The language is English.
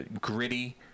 gritty